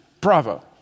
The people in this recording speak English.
Bravo